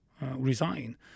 resign